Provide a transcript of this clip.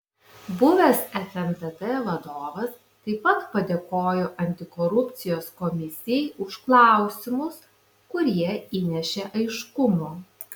buvęs fntt vadovas taip pat padėkojo antikorupcijos komisijai už klausimus kurie įnešė aiškumo